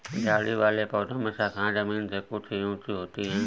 झाड़ी वाले पौधों में शाखाएँ जमीन से कुछ ही ऊँची होती है